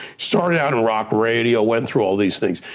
started out in rock radio, went through all these things,